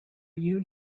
you